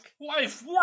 life